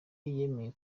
yemeye